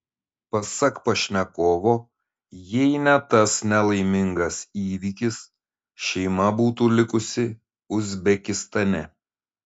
pasak pašnekovo jei ne tas nelaimingas įvykis šeima būtų likusi uzbekistane